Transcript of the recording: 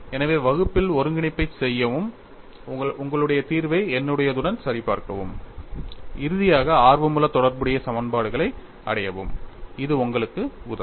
எனவே வகுப்பில் ஒருங்கிணைப்பைச் செய்யவும் உங்களுடைய தீர்வை என்னுடையதுடன் சரிபார்க்கவும் இறுதியாக ஆர்வமுள்ள தொடர்புடைய சமன்பாடுகளை அடையவும் இது உங்களுக்கு உதவும்